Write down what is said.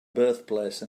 birthplace